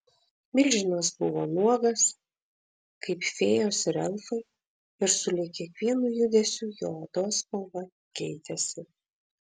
milžinas buvo nuogas kaip fėjos ir elfai ir sulig kiekvienu judesiu jo odos spalva keitėsi